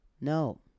No